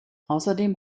außerdem